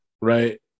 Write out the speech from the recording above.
right